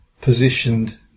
positioned